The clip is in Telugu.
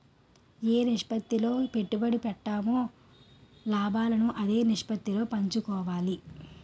ఏ నిష్పత్తిలో పెట్టుబడి పెట్టామో లాభాలను అదే నిష్పత్తిలో పంచుకోవాలి